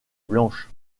blanches